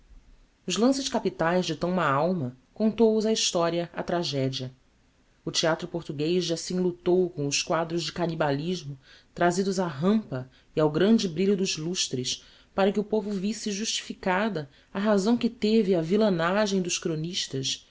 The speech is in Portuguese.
os lances capitaes de tão má alma contou os a historia á tragedia o theatro portuguez já se enlutou com os quadros de canibalismo trazidos á rampa e ao grande brilho dos lustres para que o povo visse justificada a razão que teve a villanagem dos chronistas